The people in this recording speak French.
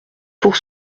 pour